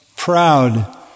proud